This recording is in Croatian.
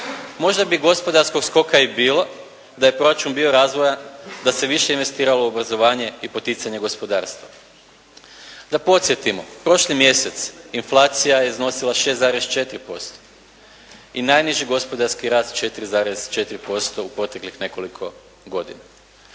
Možda bi gospodarskog skoka i bilo da je proračun bio razvojan, da se više investiralo u obrazovanje i poticanje gospodarstva. Da podsjetimo prošli mjesec inflacija je iznosila 6,4% i najniži gospodarski rast 4,4% u proteklih nekoliko godina.